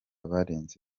barenze